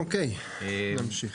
אוקיי, נמשיך.